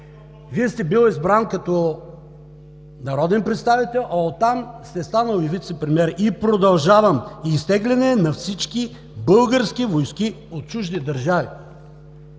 Вие сте бил избран като народен представител, а оттам сте станал и вицепремиер. И продължавам: „Изтегляне на всички български войски от чужди държави“.